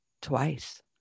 twice